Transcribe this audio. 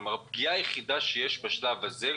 כלומר הפגיעה היחידה שיש בשלב הזה,